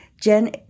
Jen